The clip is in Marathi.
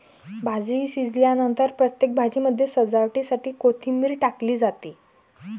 भाजी शिजल्यानंतर प्रत्येक भाजीमध्ये सजावटीसाठी कोथिंबीर टाकली जाते